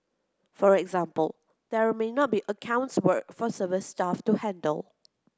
for example there may not be accounts work for service staff to handle